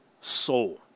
soul